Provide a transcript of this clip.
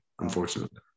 Unfortunately